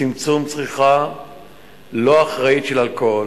צמצום צריכה לא אחראית של אלכוהול,